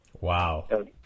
Wow